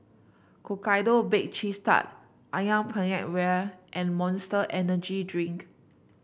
Hokkaido Bake Cheese Tart ayam Penyet Ria and Monster Energy Drink